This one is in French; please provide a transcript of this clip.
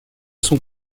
sont